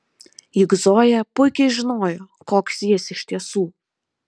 juk zoja puikiai žinojo koks jis iš tiesų